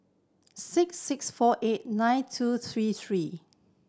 six six four eight nine two three three